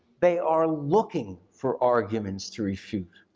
they are looking for arguments to refute.